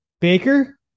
Baker